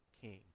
king